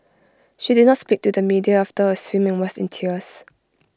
she did not speak to the media after her swim and was in tears